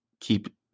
keep